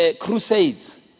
crusades